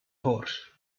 horse